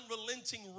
unrelenting